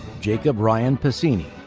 jacob ryan passini,